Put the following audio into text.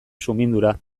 sumindura